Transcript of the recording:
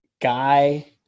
guy